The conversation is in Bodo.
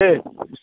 दे